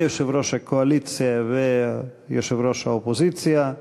ליושב-ראש הקואליציה וליושב-ראש האופוזיציה,